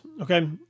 okay